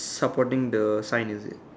supporting the sign is it